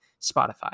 Spotify